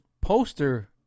poster